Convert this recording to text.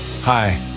Hi